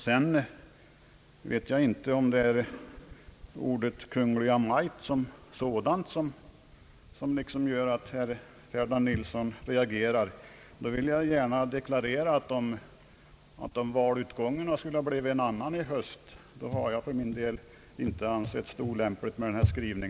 Jag vet inte om det är ordet Kungl. Maj:t som sådant som gör att herr Nilsson reagerar. Jag vill gärna deklarera att inte heller om valutgången blivit en annan i höst hade jag ansett det olämpligt med denna skrivning.